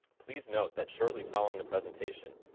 please note that shortly following the presentation,